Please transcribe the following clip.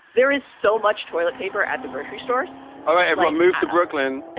there is so much toilet paper at the grocery stores all right. if i moved to brooklyn,